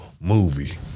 movie